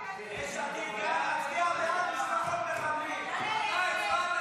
להעביר את הצעת חוק מס ערך מוסף (תיקון,